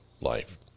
life